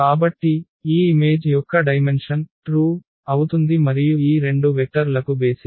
కాబట్టి ఈ ఇమేజ్ యొక్క డైమెన్షన్ నిజం అవుతుంది మరియు ఈ రెండు వెక్టర్ లకు బేసిస్